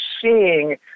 seeing